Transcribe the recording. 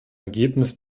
ergebnis